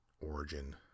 origin